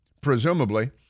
presumably